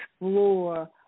explore